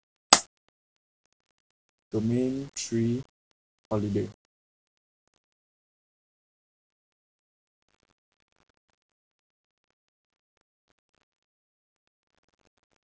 domain three holiday